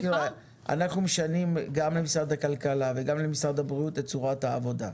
אנחנו משנים גם למשרד הכלכלה וגם למשרד הבריאות את צורת העבודה.